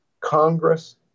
Congress